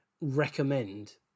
recommend